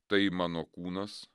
tai mano kūnas